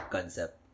Concept